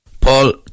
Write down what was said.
Paul